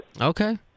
Okay